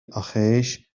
آخیش